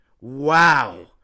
Wow